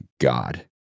God